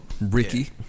Ricky